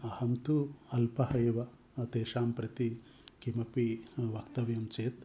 अहं तु अल्पः एव तेषां प्रति किमपि वक्तव्यं चेत्